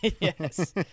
Yes